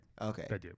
Okay